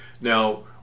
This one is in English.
Now